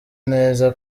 neza